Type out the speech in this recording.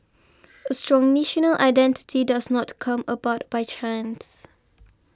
a strong national identity does not come about by chance